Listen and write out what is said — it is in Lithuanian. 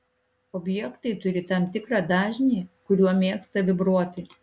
objektai turi tam tikrą dažnį kuriuo mėgsta vibruoti